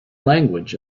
language